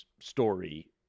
story